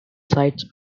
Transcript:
sides